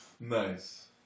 Nice